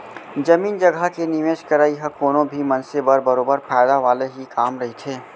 जमीन जघा के निवेस करई ह कोनो भी मनसे बर बरोबर फायदा वाले ही काम रहिथे